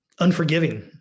unforgiving